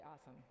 awesome